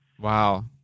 Wow